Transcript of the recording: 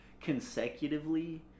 consecutively